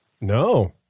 No